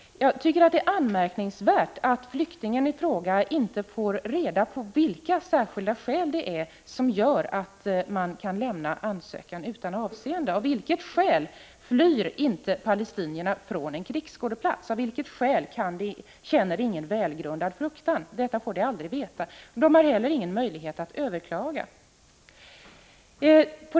Jag tycker det är anmärkningsvärt att flyktingen i fråga inte får reda på vilka särskilda skäl det är som gör att ansökan kan lämnas utan avseende. Av vilket skäl anser man inte att palestinierna flyr från en krigsskådeplats? Vilka skäl ligger bakom bedömningen att de inte känner någon välgrundad fruktan? Detta får flyktingarna aldrig veta. De har inte heller någon möjlighet att överklaga.